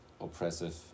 oppressive